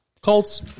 Colts